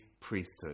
priesthood